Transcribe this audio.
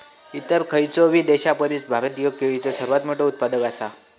इतर खयचोबी देशापरिस भारत ह्यो केळीचो सर्वात मोठा उत्पादक आसा